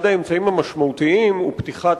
אחד האמצעים המשמעותיים הוא פתיחת